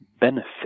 benefit